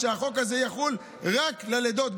שהחוק הזה יחול רק בלידות,